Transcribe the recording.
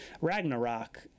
Ragnarok